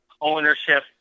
ownership